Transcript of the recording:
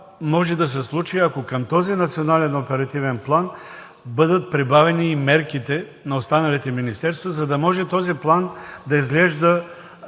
това може да се случи, ако към този Национален оперативен план бъдат прибавени и мерките на останалите министерства, за да може този план да изглежда